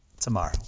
tomorrow